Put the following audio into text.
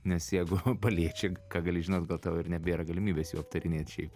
nes jeigu paliečia ką gali žinot gal tau ir nebėra galimybės aptarinėt šiaip